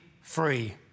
free